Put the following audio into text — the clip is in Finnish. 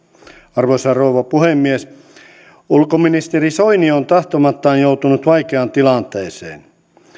arvoisa rouva puhemies ulkoministeri soini on tahtomattaan joutunut vaikeaan tilanteeseen